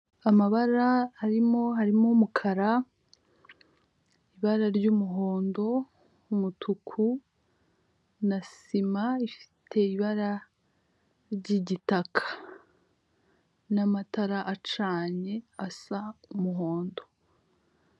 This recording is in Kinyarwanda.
Amabara arimo harimo umukara ibara ry'umuhondo umutuku na sima ifite ibara ry'igitaka n'amatara acanye asa umuhondo.